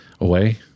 away